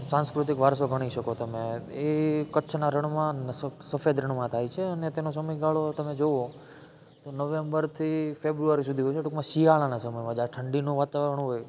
સાંસ્કૃતિક વારસો ગણી શકો તમે એ કચ્છના રણમાં સફેદ રણમાં થાય છે અને તેનો સમયગાળો તમે જુઓ તો નવેમ્બરથી ફ્રેબુઆરી સુધી હોય છે ટૂંકમાં શિયાળાના સમયમાં જ્યારે ઠંડીનું વાતાવરણ હોય